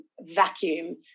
vacuum